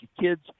kids